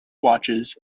watches